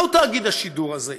מהו תאגיד השידור הזה?